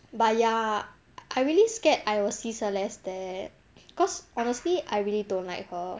but ya I really scared I will see celeste there cause honestly I really don't like her